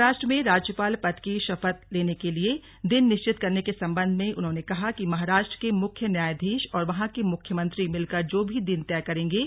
महाराष्ट्र में राज्यपाल पद की शपथ लेने के लिए दिन निश्चित करने के संबंध में उन्होंने कहा कि महाराष्ट्र के मुख्य न्यायाधीश और वहां के मुख्यमंत्री मिलकर जो भी दिन तय करेंगे